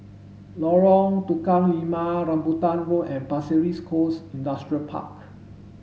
Lorong Tukang Lima Rambutan Road and Pasir Ris Coast Industrial Park